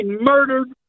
murdered